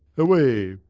away,